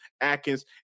Atkins